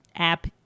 app